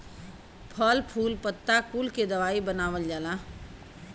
फल फूल पत्ता कुल के दवाई बनावल जाला